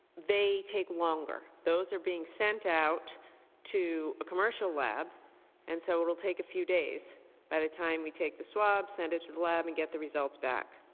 they take longer. those are being sent out to a commercial lab and so it will take a few days by the time we take the swabs, send it to the lab and get the results back.